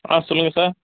ஆ சொல்லுங்க சார்